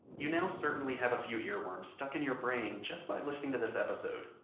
you now certainly have a few earworms stuck in your brain just by listening to this episode.